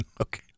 Okay